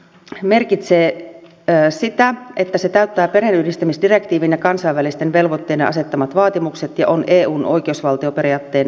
lakiehdotus merkitsee sitä että se täyttää perheenyhdistämisdirektiivin ja kansainvälisten velvoitteiden asettamat vaatimukset ja on eun oikeusvaltioperiaatteen mukainen